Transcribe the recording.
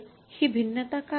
तर हि भिन्नता काय आहे